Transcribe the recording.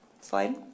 Slide